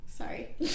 Sorry